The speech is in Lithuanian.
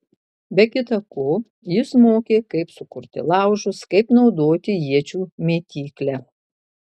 be kita ko jis mokė kaip sukurti laužus kaip naudoti iečių mėtyklę